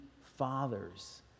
fathers